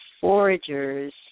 foragers